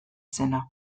zena